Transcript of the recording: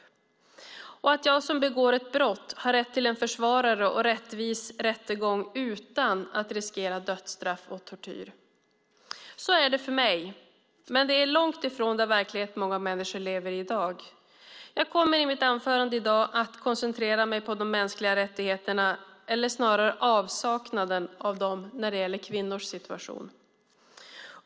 Vidare betyder det att jag, om jag begår ett brott, har rätt till en försvarare och en rättvis rättegång utan att riskera dödsstraff och tortyr. Så är det för mig, men det är långt ifrån den verklighet många människor i dag lever i. Jag kommer i mitt anförande i dag att koncentrera mig på de mänskliga rättigheterna, eller snarare avsaknaden av dem, när det gäller kvinnors situation.